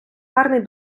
гарний